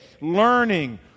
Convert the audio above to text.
learning